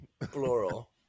Plural